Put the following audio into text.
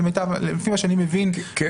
לפי מה שאני מבין,